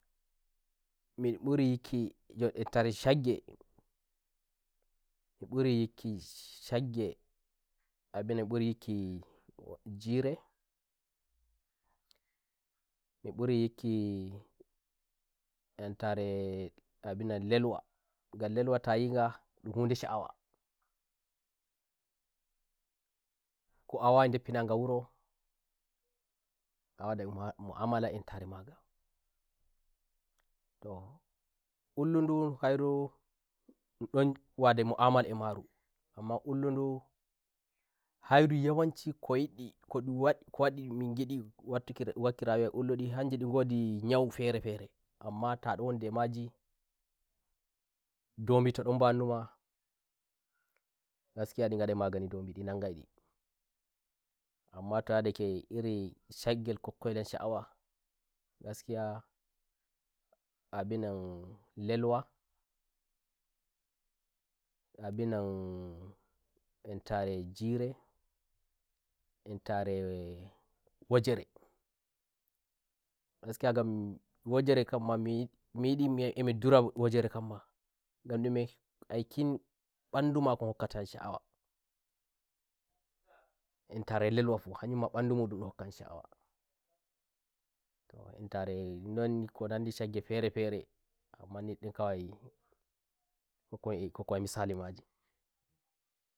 mi mburi nyikkijodo entare shaggemi mburi yikki "sh sh" shaggeabinan mi mburi yikki jire mi mburi yikki entare abinan lelwangan lelwa tayi nga ndun hunde sha'awako a waqai ndeppi naga wuroa wa mdai mu'amala entare magatoh mbullu ndu hairundun ndon wada mu'amala e maruamma mbullu nduhairu yawanci ko nyidi ko ndun wa ndi ko wa mdi ndun yi mdi wakki rayuwa e mbulli ndi hanji ndi ngodi nyau fere fereamma to ndon wondi e majindomi to ndon mbannu magaskiya ndi ga ndai magani ndomi mdi nan ngai ndiamma to yadake iri shaggen kokkon ngel sha'awa gaskiya abinanlelwa abinan entare jireentare wajeregaskiya ngam wajere kanma mi yi ndi mi myi a entare mi ndura wajere kanmangan ndumeaikin mban ndu makon hokkata yam sha'awaentate lelwa fu ha nyun ma nban ndu mu ndun ndon hokkayam sha'awato entare non ko nangi shagge fere fereamma ni ndi kowaihokkoi hokkoi misali maji